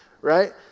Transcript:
Right